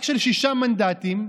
רק שישה מנדטים,